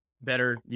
better